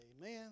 amen